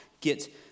get